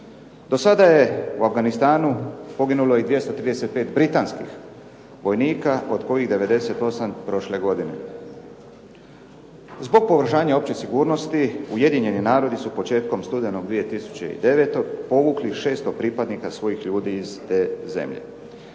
Do sada je u Afganistanu poginulo i 235 britanskih vojnika od kojih 98 prošle godine. Zbog pogoršanja opće sigurnosti Ujedinjeni narodi su početkom studenog 2009. povukli 600 pripadnika svojih ljudi iz te zemlje.